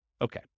Okay